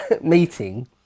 meeting